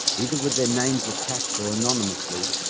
either with their names attached or anonymously,